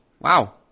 Wow